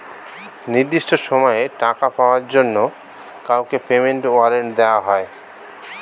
নির্দিষ্ট সময়ে টাকা পাওয়ার জন্য কাউকে পেমেন্ট ওয়ারেন্ট দেওয়া হয়